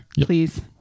please